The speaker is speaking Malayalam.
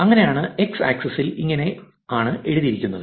അങ്ങനെയാണ് x ആക്സിസിൽ ഇങ്ങനെ ആണ്എഴുതിയിരിക്കുന്നത്